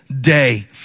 day